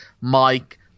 Mike